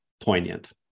poignant